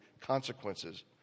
consequences